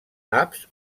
apps